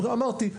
אמרתי,